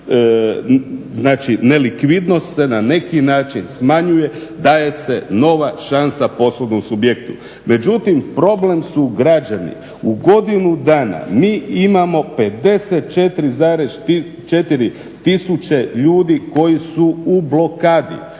Znači nelikvidnost se na neki način smanjuje, daje se nova šansa poslovnom subjektu. Međutim, problem su građani, u godinu dana mi imamo 54,4 tisuće ljudi koji su u blokadi,